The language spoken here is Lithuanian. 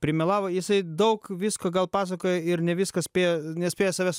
primelavo jisai daug visko gal pasakoja ir ne viską spėja nespėja savęs